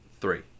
Three